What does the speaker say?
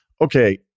okay